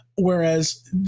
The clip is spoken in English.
Whereas